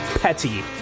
Petty